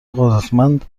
قدرتمند